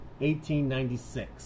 1896